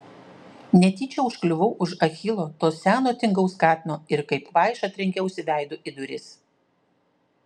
netyčia užkliuvau už achilo to seno tingaus katino ir kaip kvaiša trenkiausi veidu į duris